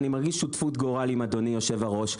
אני מרגיש שותפות גורל עם אדוני יושב-הראש,